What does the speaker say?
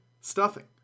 stuffing